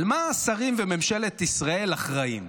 על מה השרים וממשלת ישראל אחראים?